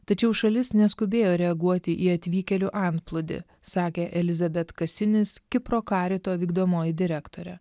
tačiau šalis neskubėjo reaguoti į atvykėlių antplūdį sakė elizabet kasinis kipro karito vykdomoji direktorė